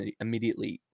immediately